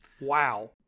wow